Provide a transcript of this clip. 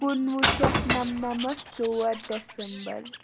کُنہٕ وُہ شیٚتھ نَمہٕ نَمَتھ ژور ڑیٚسَمبر